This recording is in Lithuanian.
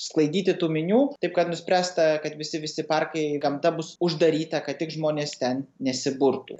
sklaidyti tų minių taip kad nuspręsta kad visi visi parkai gamta bus uždaryta kad tik žmonės ten nesiburtų